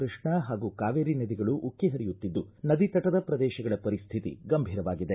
ಕೃಷ್ಣಾ ಹಾಗೂ ಕಾವೇರಿ ನದಿಗಳು ಉಕ್ಕ ಹರಿಯುತ್ತಿದ್ದು ನದಿ ತಟದ ಪ್ರದೇಶಗಳ ಪರಿಸ್ಥಿತಿ ಗಂಭೀರವಾಗಿದೆ